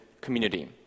community